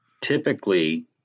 Typically